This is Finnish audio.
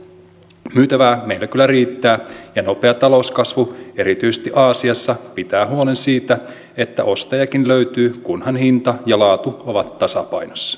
myytävää meillä kyllä riittää ja nopea talouskasvu erityisesti aasiassa pitää huolen siitä että ostajakin löytyy kunhan hinta ja laatu ovat tasapainossa